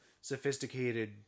sophisticated